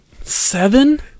Seven